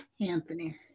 Anthony